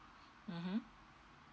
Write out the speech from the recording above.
mmhmm